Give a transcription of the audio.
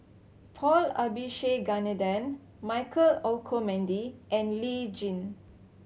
Paul Abisheganaden Michael Olcomendy and Lee Tjin